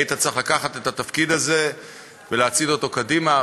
היית צריך לקחת את התפקיד הזה ולהצעיד אותו קדימה.